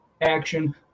Action